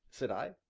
said i.